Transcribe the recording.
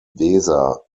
weser